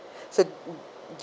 so uh